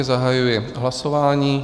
Zahajuji hlasování.